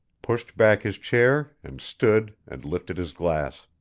pushed back his chair and stood and lifted his glass.